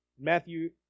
Matthew